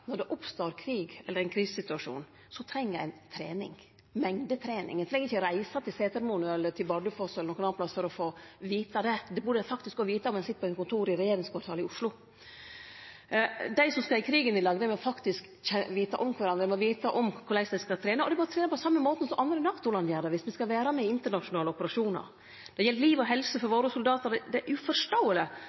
det oppstår krig eller ein krisesituasjon, treng ein trening – mengdetrening. Ein treng ikkje reise til Setermoen eller Bardufoss eller andre stader for å få vite det. Det burde ein faktisk òg vite når ein sit på eit kontor i regjeringskvartalet i Oslo. Dei som skal i krigen i lag, må faktisk vite om kvarandre. Dei må vite korleis dei skal trene. Og dei må trene på same måte som andre NATO-land viss dei skal vere med i internasjonale operasjonar. Det gjeld liv og helse for soldatane våre. Det er uforståeleg at regjeringa ikkje tek ansvar og bruker pengar på noko som er